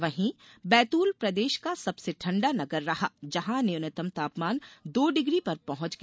वहीं बैतूल प्रदेश का सबसे ठंडा नगर रहा जहां न्यूनतम तापमान दो डिग्री पर पहुंच गया